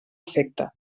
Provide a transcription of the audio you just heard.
efecte